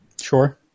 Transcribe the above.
Sure